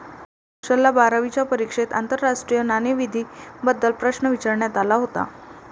कुशलला बारावीच्या परीक्षेत आंतरराष्ट्रीय नाणेनिधीबद्दल प्रश्न विचारण्यात आला होता